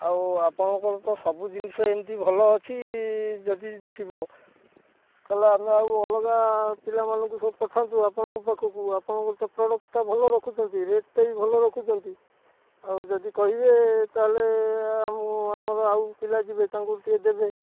ଆଉ ଆପଣଙ୍କର ତ ସବୁ ଜିନିଷ ଏମିତି ଭଲ ଅଛି ଯଦି ଥିବ ତାହେଲେ ଆମେ ଆଉ ଅଲଗା ପିଲାମାନଙ୍କୁ ସବୁ ପଠାନ୍ତୁ ଆପଣଙ୍କ ପାଖକୁ ଆପଣଙ୍କର ତ ପ୍ରଡକ୍ଟଟା ଭଲ ରଖୁଛନ୍ତି ରେଟ୍ଟା ବି ଭଲ ରଖୁଛନ୍ତି ଆଉ ଯଦି କହିବେ ତାହେଲେ ଆମର ଆଉ ପିଲା ଯିବେ ତାଙ୍କୁ ଟିକିଏ ଦେବେ